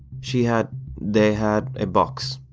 she had they had a box,